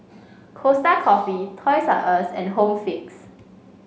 Costa Coffee Toys R Us and Home Fix